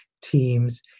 teams